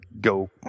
go